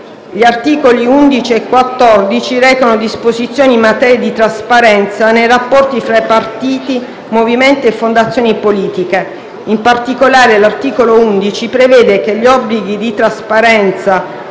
Gli articoli 11 e 14 recano disposizioni in materia di trasparenza nei rapporti fra partiti, movimenti e fondazioni politiche. In particolare, l'articolo 11 prevede che gli obblighi di trasparenza